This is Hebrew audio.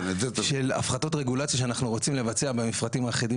זה הפחתות רגולציה שאנחנו רוצים לבצע במפרטים האחידים